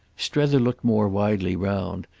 strether looked more widely round,